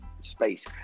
space